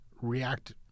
react